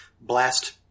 blast